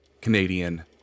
Canadian